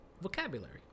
vocabulary